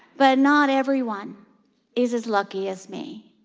but not everyone is as lucky as me,